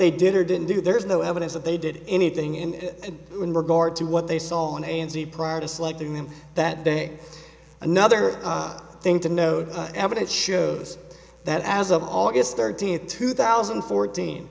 they did or didn't do there is no evidence that they did anything in regard to what they saw in n z prior to selecting them that day another thing to no evidence shows that as of august thirtieth two thousand and fourteen